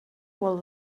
while